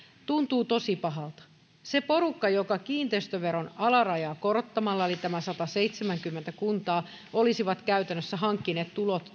tuntuu tosi pahalta se porukka joka kiinteistöveron alarajaa korottamalla eli nämä sataseitsemänkymmentä kuntaa olisi käytännössä hankkinut tulot